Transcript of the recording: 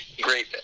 Great